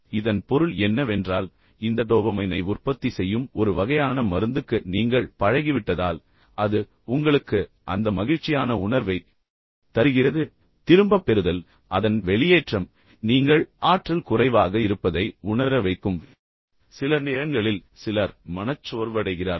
இதன் பொருள் என்னவென்றால் இந்த டோபமைனை உற்பத்தி செய்யும் ஒரு வகையான மருந்துக்கு நீங்கள் பழகிவிட்டதால் அது உங்களுக்கு அந்த மகிழ்ச்சியான உணர்வைத் தருகிறது திரும்பப் பெறுதல் அதன் வெளியேற்றம் நீங்கள் ஆற்றல் குறைவாக இருப்பதை உணர வைக்கும் சில நேரங்களில் சிலர் மனச்சோர்வடைகிறார்கள்